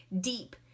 deep